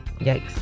Yikes